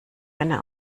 eine